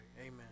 amen